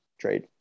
trade